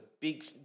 big